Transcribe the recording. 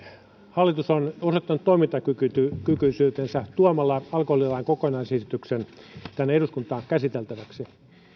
hallitus on osoittanut toimintakykyisyytensä tuomalla alkoholilain kokonaisesityksen tänne eduskuntaan käsiteltäväksi